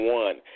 one